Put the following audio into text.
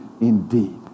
indeed